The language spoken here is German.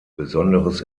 besonderes